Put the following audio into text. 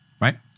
right